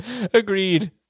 agreed